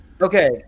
Okay